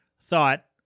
thought